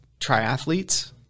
triathletes